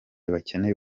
bakeneye